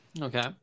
Okay